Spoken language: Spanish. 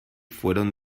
fueron